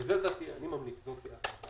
ואני ממליץ שזו תהיה ההחלטה,